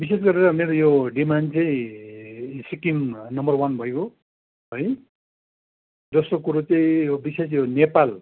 विशेष गरेर मेरो यो डिमान्ड चाहिँ सिक्किम नम्बर वन भइगयो है दोस्रो कुरो चाहिँ विशेष यो नेपाल